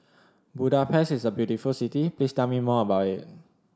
Budapest is a beautiful city please tell me more about it